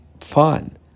fun